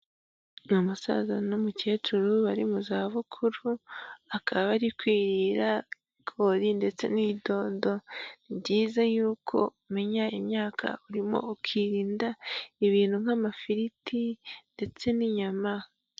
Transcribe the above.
Umusaza n'umukecuru bari mu zabukuru akaba ari kwirira ibigori ndetse n'idodo, ni byiza yuko umenya imyaka urimo ukirinda ibintu nk'amafiriti ndetse n'inyama.